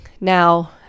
now